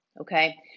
okay